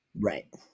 Right